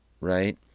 right